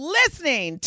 listening